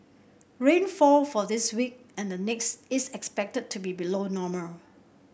rainfall for this week and the next is expected to be below normal